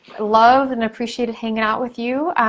love and appreciated hanging out with you.